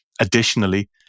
Additionally